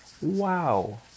wow